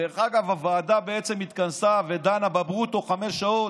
הוועדה בעצם התכנסה ודנה בברוטו חמש שעות,